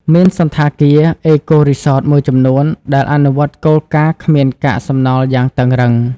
មានសណ្ឋាគារ អេកូរីសតមួយចំនួនដែលអនុវត្តគោលការណ៍គ្មានកាកសំណល់យ៉ាងតឹងរ៉ឹង។